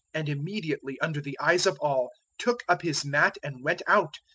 and immediately under the eyes of all took up his mat and went out,